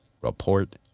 report